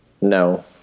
No